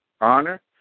honor